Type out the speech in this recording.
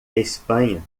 espanha